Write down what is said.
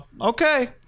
Okay